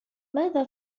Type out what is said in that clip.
ماذا